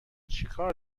چیکار